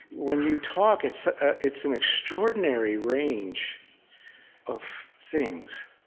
when you talk, it's it's an extraordinary range of things.